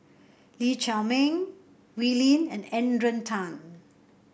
Lee Chiaw Meng Wee Lin and Adrian Tan